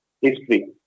history